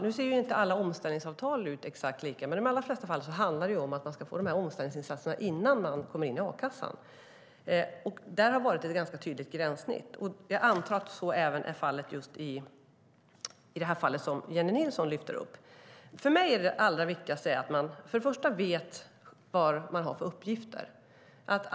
Nu ser ju inte alla omställningsavtal exakt likadana ut, men i de allra flesta fall handlar det om att man ska få omställningsinsatserna innan man kommer in i a-kassan. Där har det varit ett ganska tydligt gränssnitt, och jag antar att så även är fallet just när det gäller detta som Jennie Nilsson lyfter upp. För mig är det allra viktigaste att man för det första vet vad man har för uppgifter.